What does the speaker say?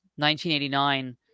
1989